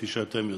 כפי שאתם יודעים.